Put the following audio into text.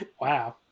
Wow